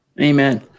Amen